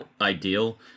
ideal